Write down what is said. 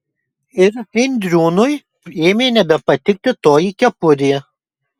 ir indriūnui ėmė nebepatikti toji kepurė